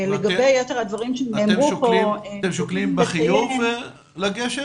לגבי יתר הדברים שנאמרו פה --- אתם שוקלים בחיוב לגשת?